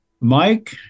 Mike